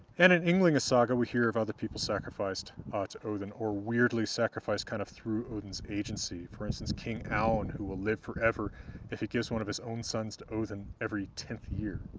and in ynglinga saga we hear of other people sacrificed ah to odinn, or weirdly sacrificed kind of through odinn's agency. for instance, king aun, who will live forever if he gives one of his own sons to odinn every tenth year,